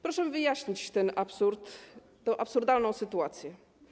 Proszę mi wyjaśnić ten absurd, tę absurdalną sytuację.